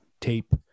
tape